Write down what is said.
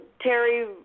Terry